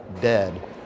dead